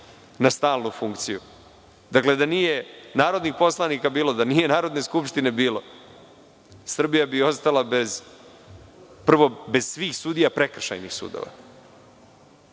na stalnu funkciju. Dakle, da nije narodnih poslanika bilo, da nije bilo Narodne skupštine, Srbija bi ostala prvo bez svih sudija prekršajnih sudova,